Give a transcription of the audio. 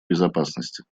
безопасности